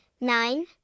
nine